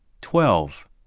twelve